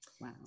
Wow